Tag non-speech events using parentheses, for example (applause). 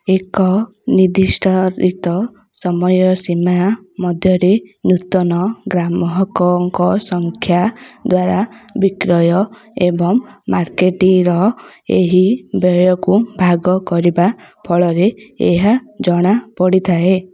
ଏକ (unintelligible) ସମୟ ସୀମା ମଧ୍ୟରେ ନୂତନ ଗ୍ରାହକଙ୍କ ସଂଖ୍ୟା ଦ୍ୱାରା ବିକ୍ରୟ ଏବଂ ମାର୍କେଟିଙ୍ଗର ଏହି ବ୍ୟୟକୁ ଭାଗ କରିବା ଫଳରେ ଏହା ଜଣାପଡ଼ିଥାଏ